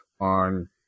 on